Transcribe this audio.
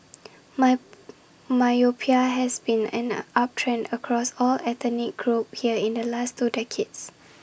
my myopia has been on an uptrend across all ethnic groups here in the last two decades